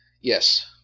Yes